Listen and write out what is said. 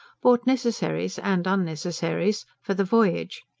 bought necessaries and unnecessaries for the voyage.